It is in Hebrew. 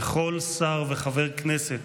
וכל שר וחבר כנסת